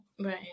right